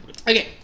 Okay